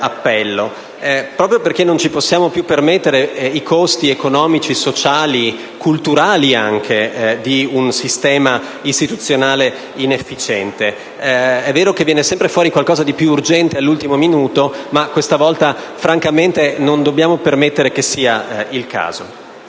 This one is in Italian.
appello, proprio perché non ci possiamo più permettere i costi economici, sociali e culturali, anche, di un sistema istituzionale inefficiente. È vero che viene sempre fuori qualcosa di più urgente all'ultimo minuto, ma questa volta francamente non dobbiamo permettere che accada.